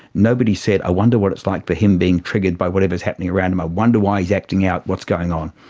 nobody said i wonder what it's like for him being triggered by whatever is happening around him, i wonder why he's acting out, what's going on.